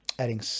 adding